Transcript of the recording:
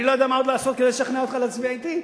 אני לא יודע מה עוד לעשות כדי לשכנע אותך להצביע אתי,